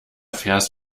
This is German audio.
vers